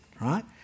right